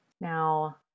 Now